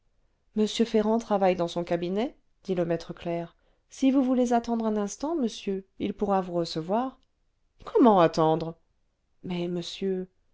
m ferrand travaille dans son cabinet dit le maître clerc si vous voulez attendre un instant monsieur il pourra vous recevoir comment attendre mais monsieur